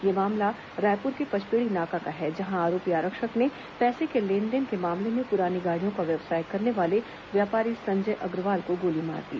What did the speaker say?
यह मामला रायपुर के पचपेड़ी नाका है जहां आरोपी आरक्षक ने पैसे के लेनदेन के मामले में पुरानी गाड़ियों का व्यवसाय करने वाले व्यापारी संजय अग्रवाल को गोली मार दी